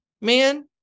Man